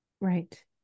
Right